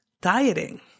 dieting